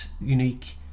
unique